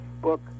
book